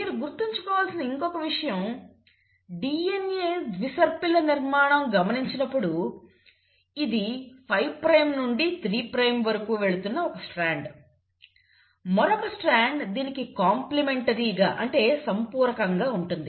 మీరు గుర్తుంచుకోవలసిన ఇంకొక విషయం DNA ద్విసర్పిల నిర్మాణం గమనించినప్పుడు ఇది 5 ప్రైమ్ నుండి 3 ప్రైమ్ వరకు వెళ్తున్న ఒక స్ట్రాండ్ మరొక స్ట్రాండ్ దానికి కాంప్లిమెంటరీగా అంటే సంపూరకంగా ఉంటుంది